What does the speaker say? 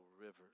rivers